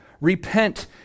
Repent